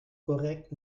correct